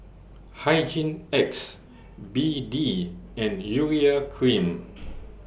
Hygin X B D and Urea Cream